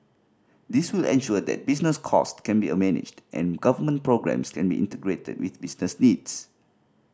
this will ensure that business cost can be a managed and government programmes can be integrated with business needs